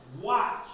watch